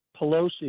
Pelosi